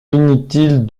inutile